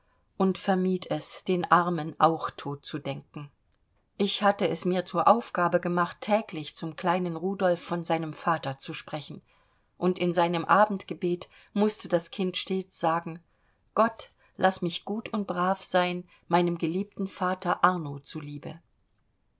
und vermied es den armen auch noch totzudenken ich hatte es mir zur aufgabe gemacht täglich zum kleinen rudolf von seinem vater zu sprechen und in seinem abendgebet mußte das kind stets sagen gott laß mich gut und brav sein meinem geliebten vater arno zu